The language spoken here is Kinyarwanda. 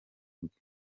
bwe